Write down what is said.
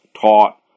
taught